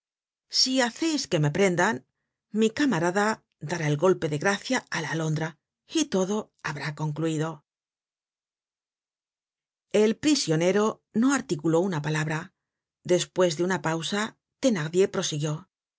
si haceis que me prendan mi camarada dará el golpe de gracia á la alondra y todo habrá concluido el prisionero no articuló una palabra despues de una pausa thenardier prosiguió